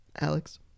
Alex